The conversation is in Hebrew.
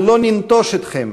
"אנחנו לא ננטוש אתכם",